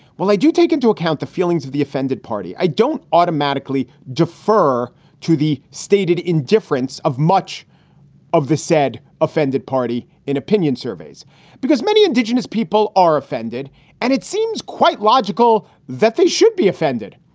well, i do take into account the feelings of the offended party i don't automatically defer to the stated indifference of much of the said offended party in opinion surveys because many indigenous people are offended and it seems quite logical that they should be offended.